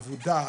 המקום מבודד,